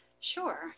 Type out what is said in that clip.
Sure